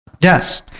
Yes